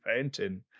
painting